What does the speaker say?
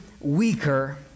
weaker